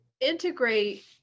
integrate